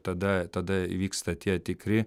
tada tada įvyksta tie tikri